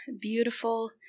beautiful